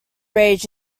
raged